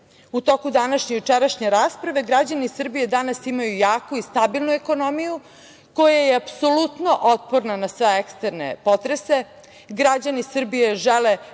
u toku današnje i jučerašnje rasprave, građani Srbije danas imaju jaku i stabilnu ekonomiju koja je apsolutno otporna na sve eksterne potrese, građani Srbije žele